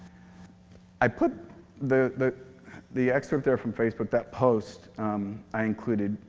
i put the the excerpt there from facebook, that post i included,